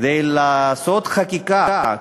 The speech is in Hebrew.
כדי לעשות חקיקה,